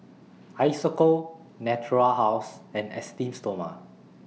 Isocal Natura House and Esteem Stoma